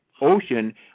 ocean